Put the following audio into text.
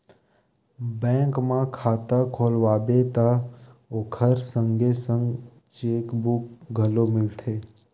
bank म खाता खोलवाबे त ओखर संगे संग चेकबूक घलो मिलथे